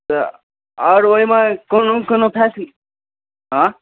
तऽ और ओइमे कोनो कोनो फैसिलिटी हँ